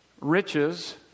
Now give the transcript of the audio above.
riches